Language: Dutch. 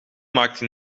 maakte